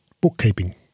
bookkeeping